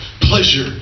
pleasure